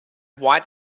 white